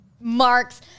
marks